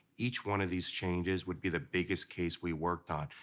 each one of these changes would be the biggest case we worked on,